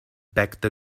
backed